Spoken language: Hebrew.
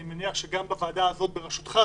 אני מניח שגם בוועדה הזאת בראשותך,